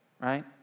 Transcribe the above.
right